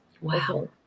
Wow